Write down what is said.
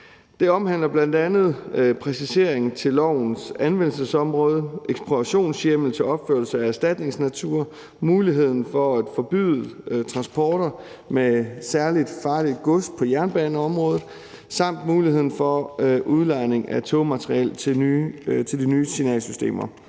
omhandler bl.a. præcisering af lovens anvendelsesområde, ekspropriationshjemmel til opførelse af erstatningsnatur, mulighed for at forbyde transporter med særlig farligt gods på jernbaneområdet samt mulighed for udlejning af togmateriel til de nye signalsystemer.